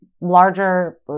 larger